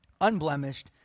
unblemished